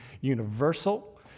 universal